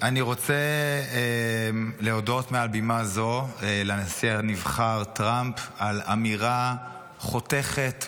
אני רוצה להודות מעל בימה זו לנשיא הנבחר טראמפ על אמירה חותכת,